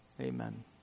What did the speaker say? amen